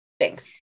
Thanks